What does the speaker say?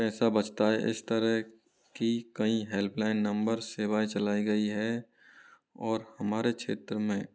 पैसा बचता है इस तरह की कई हेल्पलाइन नंबर सेवाएं चलाई गई है और हमारे क्षेत्र में